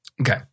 okay